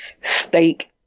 steak